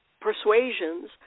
persuasions